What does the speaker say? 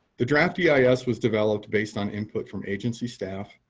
the draft yeah eis was developed based on input from agency staff,